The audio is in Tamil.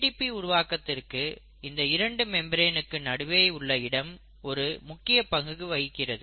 ATP உருவாக்கத்திற்கு இந்த இரண்டு மெம்பரேனுக்கு நடுவே உள்ள இடம் ஒரு முக்கிய பங்கு வகிக்கிறது